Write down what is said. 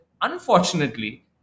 unfortunately